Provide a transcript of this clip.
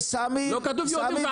לא כתוב יהודים וערבים.